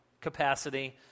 capacity